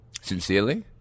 Sincerely